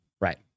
Right